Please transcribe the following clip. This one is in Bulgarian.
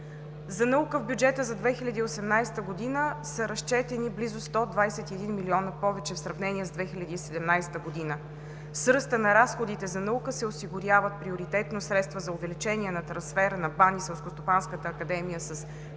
за наука в бюджета за 2018 г. са разчетени близо 121 милиона повече в сравнение с 2017 г. С ръста на разходите за наука се осигуряват приоритетно средства за увеличение на трансфера на Българската академия на